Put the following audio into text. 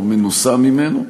או מנוסה ממנו.